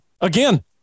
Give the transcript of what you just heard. Again